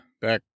Back